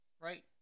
right